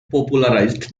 popularized